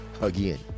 Again